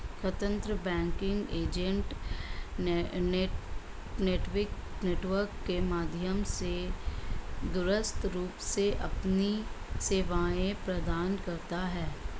स्वतंत्र banking agent network के माध्यम से दूरस्थ रूप से अपनी सेवाएं प्रदान करता है